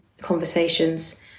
conversations